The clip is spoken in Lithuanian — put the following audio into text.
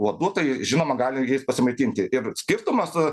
uodų tai žinoma gali pasimaitinti ir skirtumas